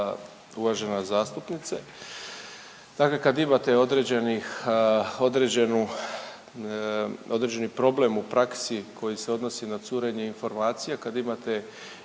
Uvažena zastupnice, dakle kad imate određenih, određenu, određeni problem u praksi koji se odnosi na curenje informacija, kad imate